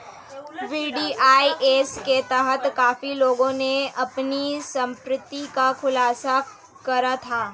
VDIS के तहत काफी लोगों ने अपनी संपत्ति का खुलासा करा था